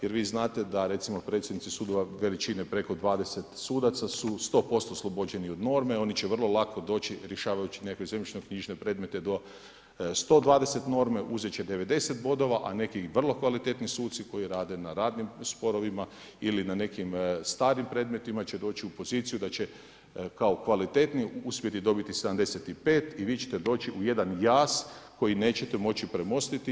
Jer vi znate da recimo predsjednici sudova veličine preko 20 sudaca su 100% oslobođeni od norme oni će vrlo lako doći rješavajući nekakve zemljišno knjižne predmete do 120 norme, uzeti će 90 bodova a neki vrlo kvalitetni suci koji rade na radnim sporovima ili na nekim starim predmetima će doći u poziciju da će kao kvalitetnije uspjeti dobiti 75 i vi ćete doći u jedan jaz koji nećete moći premostiti.